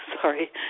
sorry